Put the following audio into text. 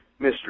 Mr